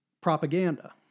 propaganda